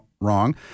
wrong